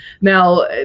Now